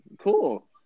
Cool